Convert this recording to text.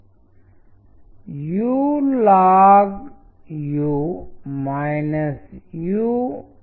కాబట్టి టైపోగ్రఫీ ముఖ్యమైన పాత్ర పోషిస్తుంది మరియు నేను మీకు కొంచెం తరువాత మరింత ఖచ్చితమైన ఉదాహరణ ఇస్తాను ఇక్కడ ఉదాహరణలు ఉన్నాయి